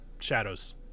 shadows